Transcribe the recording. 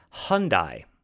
Hyundai